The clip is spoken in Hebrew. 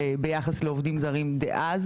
ביחס לעובדים זרים דאז.